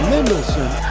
Mendelson